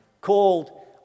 called